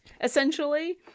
essentially